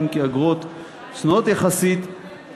אם כי אגרות צנועות יחסית,